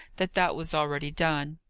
that that was already done.